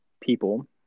people